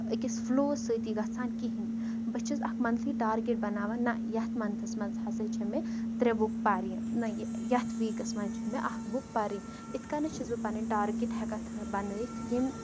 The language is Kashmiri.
أکِس فٕلووَس سۭتۍ گَژھان کہیٖنۍ بہٕ چَھس اکھ مَنتھلی ٹارگیٚٹ بَناوان نہ یَتھ مَنتھَس منٛز ہَسا چھِ مےٚ ترٛےٚ بُک پَرنہٕ نہ یَتھ ویٖکَس منٛز چھِ مےٚ اَکھ بُک پَرٕنۍ اِتھ کٔنتھ چھَس بہٕ پَنٕنۍ ٹارگیٚٹ ہیٚکان تھے بَنٲیِتھ ییٚمہِ